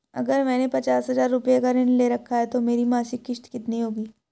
अगर मैंने पचास हज़ार रूपये का ऋण ले रखा है तो मेरी मासिक किश्त कितनी होगी?